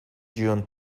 june